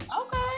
Okay